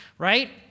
Right